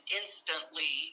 instantly